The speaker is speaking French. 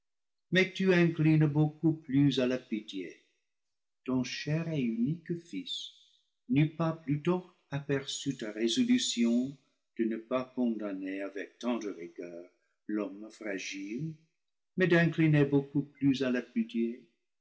mais tu inclines beaucoup plus à la pitié ton cher et unique fils n'eut pas plutôt aperçu ta résolution de ne pas condamner avec tant de rigueur l'homme fragile mais d'incliner beaucoup plus à là